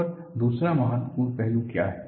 और दूसरा महत्वपूर्ण पहलू क्या है